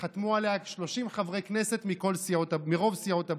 וחתמו עליה כ-30 חברי כנסת, מרוב סיעות הבית.